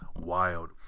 wild